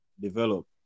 Develop